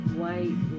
white